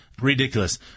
Ridiculous